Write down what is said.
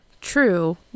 true